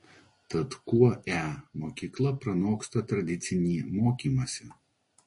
tad kuo e mokykla pranoksta tradicinį mokymąsi